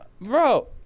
bro